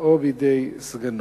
הראשי או בידי סגנו.